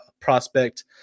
prospect